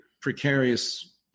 precarious